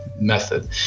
method